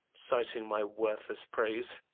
citing my worthless praise.